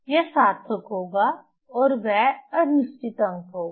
यह सार्थक होगा और वह अनिश्चित अंक होगा